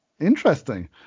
interesting